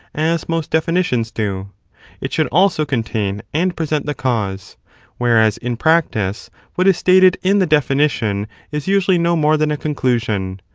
as most definitions do it should also contain and present the cause whereas in practice what is stated in the definition is usually no more than a conclusion.